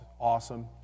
awesome